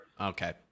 Okay